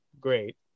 great